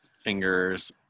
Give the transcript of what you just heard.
fingers